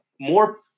more –